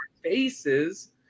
faces